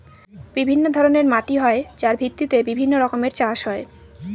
বিভিন্ন ধরনের মাটি হয় যার ভিত্তিতে বিভিন্ন রকমের চাষ হয়